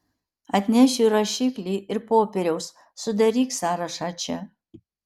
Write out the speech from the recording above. atnešiu rašiklį ir popieriaus sudaryk sąrašą čia